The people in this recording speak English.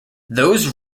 those